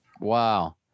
Wow